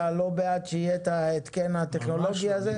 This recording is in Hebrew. אתה לא בעד שיהיה את ההתקן הטכנולוגי הזה?